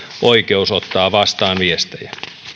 oikeus ottaa vastaan viestejä